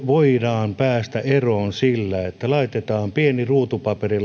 voidaan päästä eroon sillä että laitetaan pieni ruutupaperi